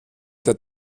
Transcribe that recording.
der